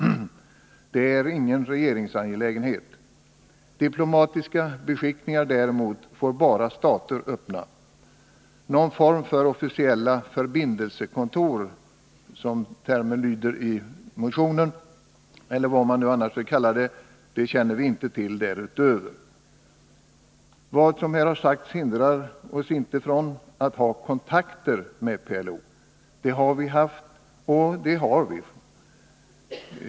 Det är ingen regeringsangelägenhet. Diplomatiska beskickningar däremot får bara stater öppna. Någon form för officiella förbindelsekontor, som termen lyder i motionen, eller vad man vill kalla dem, känner vi därutöver inte till. Vad som här har sagts hindrar oss inte från att ha kontakter med PLO. Det har vi haft, och det har vi.